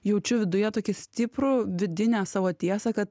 jaučiu viduje tokį stiprų vidinę savo tiesą kad